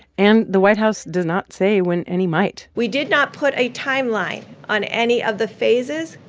and the white house does not say when any might we did not put a timeline on any of the phases.